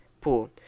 pool